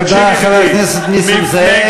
תודה, חבר הכנסת נסים זאב.